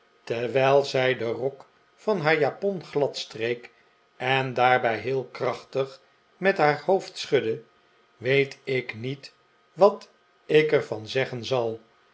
terwijl zij den rok van haar japon gladstreek en daarbij heel krachtig met haar hoofd schudde weet ik niet wat ik er van zeggen zal